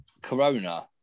corona